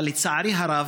אבל לצערי הרב,